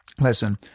Listen